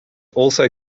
also